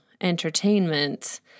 entertainment